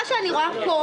ממה שאני רואה פה,